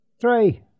Three